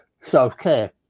self-care